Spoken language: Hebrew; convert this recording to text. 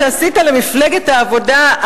שעשית למפלגת העבודה,